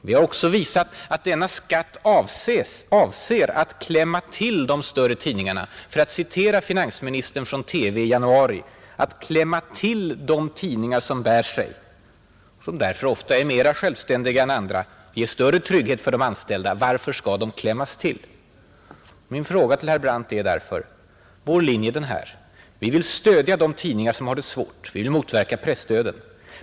Vi har också visat att denna skatt avser att klämma till de större tidningarna eller, för att citera finansministern från TV i januari, att ”klämma” de tidningar som bär sig bäst. De är ofta mer självständiga än andra, ger större trygghet för de anställda, Varför skall de ”klämmas”? Vår linje är: vi vill stödja de tidningar som har det svårt, vi vill motverka pressdöden.